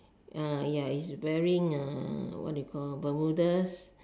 ah ya is wearing a what do you call bermudas